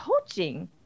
coaching